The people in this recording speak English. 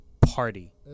party